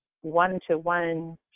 one-to-one